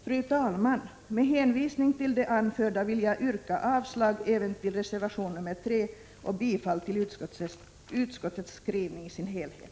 Fru talman! Med hänvisning till det anförda yrkar jag avslag även på reservation nr 3 samt bifall till utskottets hemställan i dess helhet.